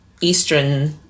eastern